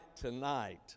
tonight